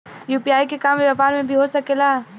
UPI के काम व्यापार में भी हो सके ला?